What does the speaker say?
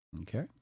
Okay